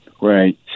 Right